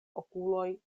okuloj